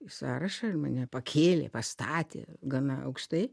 į sąrašą ir mane pakėlė pastatė gana aukštai